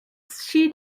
she